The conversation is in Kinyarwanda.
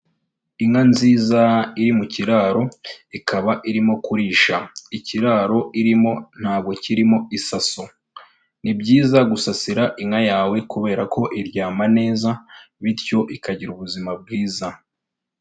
Inka nziza iri mu kiraro, ikaba irimo kurisha. Ikiraro irimo ntabwo kirimo isaso. Ni byiza gusasira inka yawe kubera ko iryama neza bityo ikagira ubuzima bwiza.